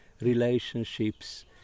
relationships